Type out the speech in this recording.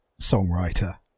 songwriter